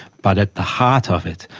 but at the heart of it,